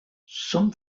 some